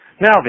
Now